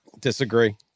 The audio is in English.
Disagree